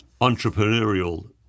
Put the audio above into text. entrepreneurial